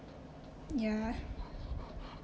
ya